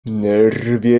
nerwie